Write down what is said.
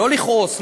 לא לכעוס,